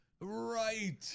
right